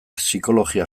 psikologia